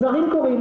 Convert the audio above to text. דברים קורים.